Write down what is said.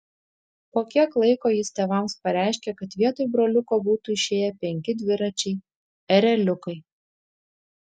po kiek laiko jis tėvams pareiškė kad vietoj broliuko būtų išėję penki dviračiai ereliukai